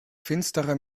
finsterer